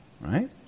right